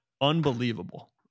unbelievable